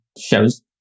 shows